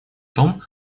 том